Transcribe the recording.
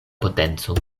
potenco